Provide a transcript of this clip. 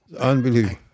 unbelievable